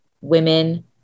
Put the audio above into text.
women